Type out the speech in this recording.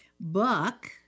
Buck